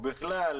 ובכלל,